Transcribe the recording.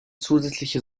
zusätzliche